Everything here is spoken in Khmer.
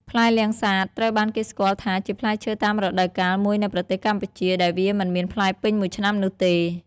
ផ្លែលាំងសាត ត្រូវបានគេស្គាល់ថាជាផ្លែឈើតាមរដូវកាលមួយនៅប្រទេសកម្ពុជា ដែលវាមិនមានផ្លែពេញមួយឆ្នាំនោះទេ។